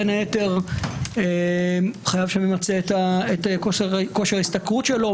בין היתר חייב שממצה את כושר ההשתכרות שלו,